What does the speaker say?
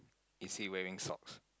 is he wearing socks